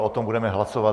O tom budeme hlasovat.